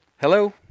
Hello